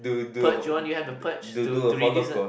purge you want you to have the purge to reduce uh